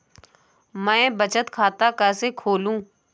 मैं बचत खाता कैसे खोलूँ?